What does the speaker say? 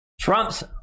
Trump's